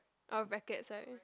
a racket side